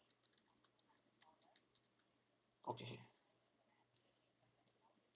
okay